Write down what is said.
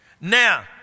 Now